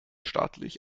staatlich